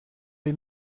les